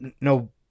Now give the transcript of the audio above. no